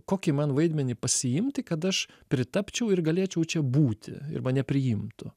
kokį man vaidmenį pasiimti kad aš pritapčiau ir galėčiau čia būti ir mane priimtų